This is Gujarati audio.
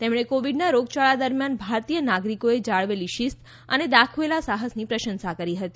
તેમણે કોવિડના રોગચાળા દરમ્યાન ભારતીય નાગરિકોએ જાળવેલી શીસ્ત અને દાખવેલા સાહસની પ્રશંસા કરી હતી